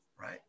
right